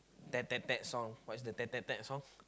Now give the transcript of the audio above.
tap tap tap song what is the tap tap tap song